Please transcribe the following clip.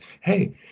hey